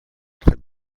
très